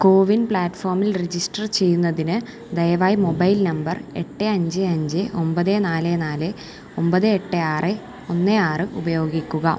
കോ win പ്ലാറ്റ്ഫോമിൽ register ചെയ്യുന്നതിന് ദയവായി മൊബൈൽ നമ്പർ എട്ട് അഞ്ച് അഞ്ച് ഒമ്പത് നാല് നാല് ഒമ്പത് എട്ട് ആറ് ഒന്ന് ആറ് ഉപയോഗിക്കുക